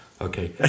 Okay